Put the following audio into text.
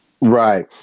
Right